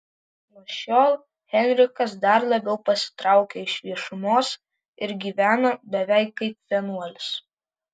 nuo šiol henrikas dar labiau pasitraukia iš viešumos ir gyvena beveik kaip vienuolis